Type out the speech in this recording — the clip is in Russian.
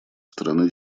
стороны